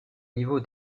niveau